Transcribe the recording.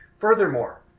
Furthermore